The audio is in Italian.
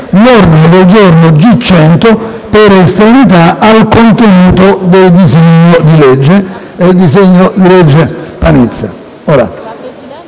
l'ordine del giorno G100 per estraneità al contenuto del disegno di legge in